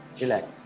relax